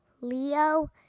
Leo